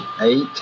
eight